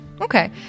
Okay